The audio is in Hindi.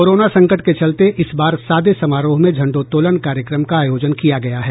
कोरोना संकट के चलते इसबार सादे समारोह में झंडोत्तोलन कार्यक्रम का आयोजन किया गया है